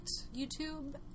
YouTube